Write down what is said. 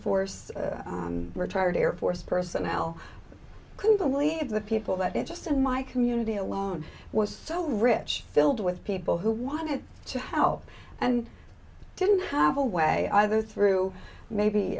force retired air force personnel couldn't believe the people that interest in my community alone was so rich filled with people who wanted to help and i didn't have a way either through maybe